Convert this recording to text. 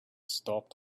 stopped